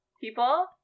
people